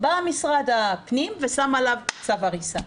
בא משרד הפנים ושם עליו צו הריסה.